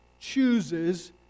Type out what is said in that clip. chooses